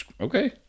okay